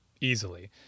easily